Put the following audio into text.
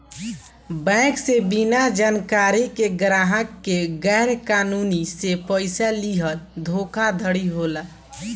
bank से बिना जानकारी के ग्राहक के गैर कानूनी रूप से पइसा लीहल धोखाधड़ी होला